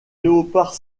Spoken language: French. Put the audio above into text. léopard